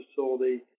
facility